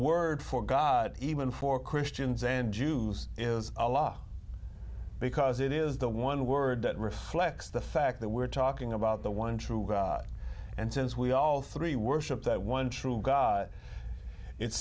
word for god even for christians and jews is a law because as it is the one word that reflects the fact that we're talking about the one true god and since we all three worship the one true god it's